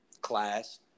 class